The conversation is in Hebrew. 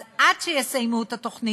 אז עד שיסיימו את התוכנית,